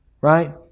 right